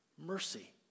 Mercy